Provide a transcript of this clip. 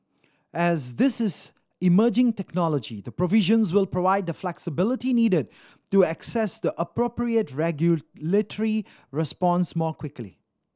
as this is emerging technology the provisions will provide the flexibility needed to assess the appropriate regulatory response more quickly